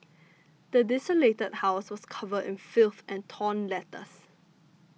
the desolated house was covered in filth and torn letters